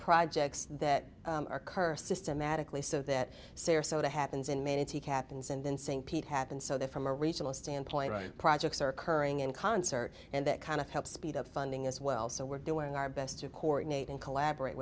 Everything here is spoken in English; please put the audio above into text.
projects that are cursed systematically so that sarasota happens in many captains and then st pete happens so that from a regional standpoint projects are occurring in concert and that kind of help speed up funding as well so we're doing our best to coordinate and collaborate